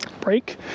break